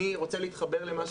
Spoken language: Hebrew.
אני רוצה להתחבר למה